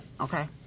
okay